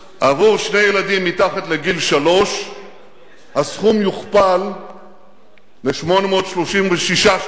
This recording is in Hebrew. עבור שני ילדים מתחת לגיל שלוש הסכום יוכפל ל-836 שקלים.